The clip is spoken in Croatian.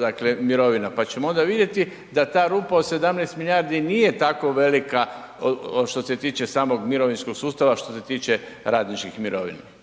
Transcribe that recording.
dakle, mirovina pa ćemo onda vidjeti da rupa od 17 milijardi nije tako velika što se tiče samog mirovinskog sustava, što se tiče radničkih mirovina.